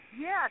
Yes